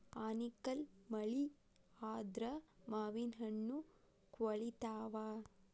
ಆನಿಕಲ್ಲ್ ಮಳಿ ಆದ್ರ ಮಾವಿನಹಣ್ಣು ಕ್ವಳಿತಾವ